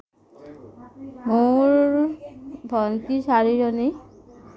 মোৰ ভণ্টী চাৰিজনী